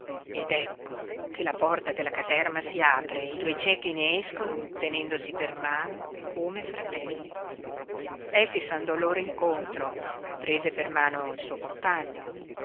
ed ecco che la porta della caserma si apre e i due ciechi ne escono tenendosi per mano come fratelli efix andò loro incontro prese per mano il suo compagno